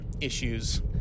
issues